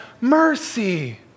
mercy